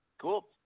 Cool